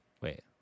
Wait